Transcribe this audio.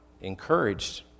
encouraged